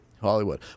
Hollywood